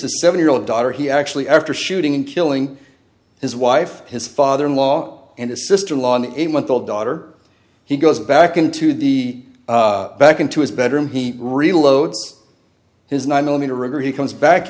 a seven year old daughter he actually after shooting and killing his wife his father in law and his sister in law an eight month old daughter he goes back into the back into his bedroom he reloads his nine millimeter rigger he comes back